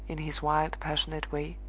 in his wild, passionate way,